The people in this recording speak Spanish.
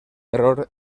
error